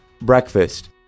breakfast